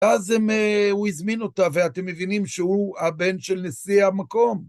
אז הוא הזמין אותה, ואתם מבינים שהוא הבן של נשיא המקום.